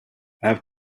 have